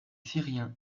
syriens